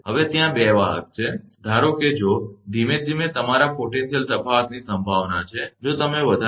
હવે ત્યાં 2 વાહક છે ધારો કે જો ધીમે ધીમે તમારા પોટેન્શિયલ તફાવતની સંભાવના છે જો તમે વધારો કરશો